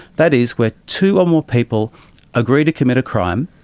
that is where two or more people agree to commit a crime,